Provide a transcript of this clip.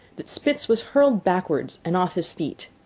that spitz was hurled backward and off his feet.